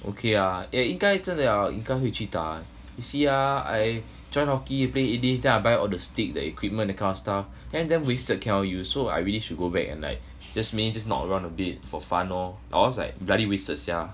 okay ah 也应该真的要回去打 you see ah I join hockey play a little bit then I buy all the stick the equipment that kind of stuff that one damn wasted cannot use so I really should go back and like just maybe walk around a bit for fun lor or else like bloody wasted sia